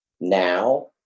now